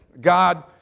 God